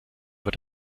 wird